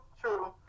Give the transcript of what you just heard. true